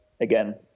Again